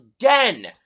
again